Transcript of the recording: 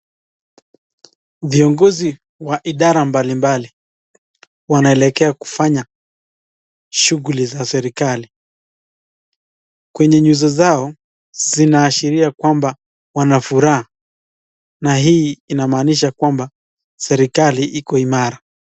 Viongozi wa idara mbalimnbali wanaelekea kufanya shughuli za serikali. Kwenye nyuso zao zinaashiria kwamba wanafuraha na hii inaamisha kwamba serikali iko imara.